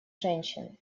женщин